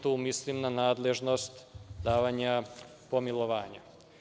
Tu mislim na nadležnost davanja pomilovanja.